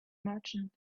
merchant